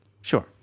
Sure